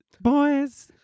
Boys